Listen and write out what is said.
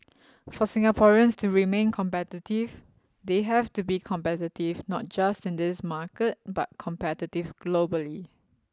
for Singaporeans to remain competitive they have to be competitive not just in this market but competitive globally